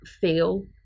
feel